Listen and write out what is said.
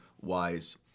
wise